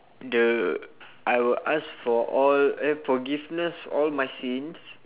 the I will ask for all eh forgiveness all my sins